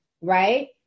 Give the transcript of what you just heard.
right